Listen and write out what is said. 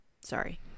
Sorry